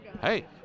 Hey